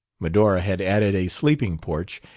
medora had added a sleeping porch,